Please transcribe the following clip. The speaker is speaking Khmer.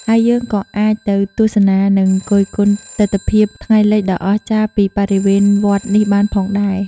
ហើយយើងក៏អាចទៅទស្សនានឹងគយគន់ទិដ្ឋភាពថ្ងៃលិចដ៏អស្ចារ្យពីបរិវេណវត្តនេះបានផងដែរ ។